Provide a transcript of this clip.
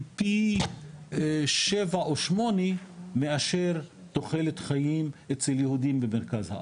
פי 7 או 8 מאשר תוחלת חיים אצל יהודים במרכז הארץ,